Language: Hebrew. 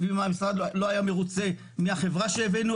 ואם המשרד לא היה מרוצה מהחברה שהבאנו,